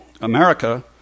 America